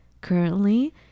Currently